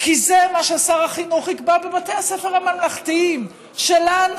כי זה מה ששר החינוך יקבע בבתי הספר הממלכתיים שלנו,